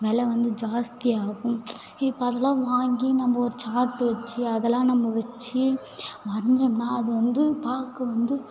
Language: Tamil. வெலை வந்து ஜாஸ்தியாக இருக்கும் இப்போ அதல்லாம் வாங்கி நம்ம ஒரு சார்ட் வெச்சி அதல்லாம் நம்ம வெச்சி வரைஞ்சோம்னா அது வந்து பார்க்க வந்து